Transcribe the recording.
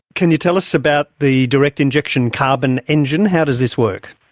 can you tell us about the direct injection carbon engine, how does this work?